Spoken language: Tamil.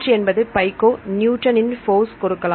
480 பைகோ நியூட்டனின் ஃபோர்ஸ் கொடுக்கலாம்